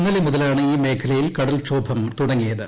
ഇന്നലെ മുതലാണ് ഈ മേഖലയിൽ കടൽക്ഷോഭം തുടങ്ങിയത്